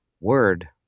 Word